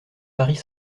paris